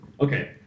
Okay